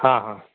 हां हां